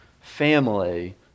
family